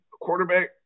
quarterback